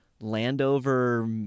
Landover